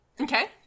Okay